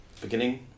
Beginning